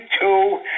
two